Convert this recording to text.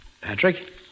Patrick